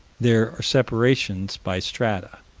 there are separations by strata.